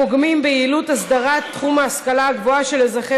הפוגמים ביעילות הסדרת תחום ההשכלה הגבוהה של אזרחי